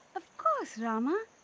of course, rama.